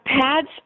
pads